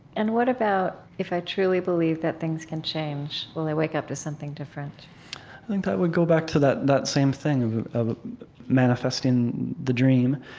and what about if i truly believe that things can change, will i wake up to something different? i think that would go back to that that same thing of manifesting the dream,